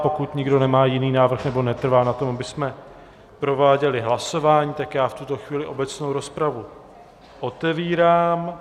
Pokud nikdo nemá jiný návrh nebo netrvá na tom, abychom prováděli hlasování, tak já v tuto chvíli obecnou rozpravu otevírám.